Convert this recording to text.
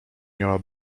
miała